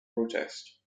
protest